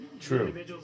True